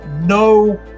No